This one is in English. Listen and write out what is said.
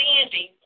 standing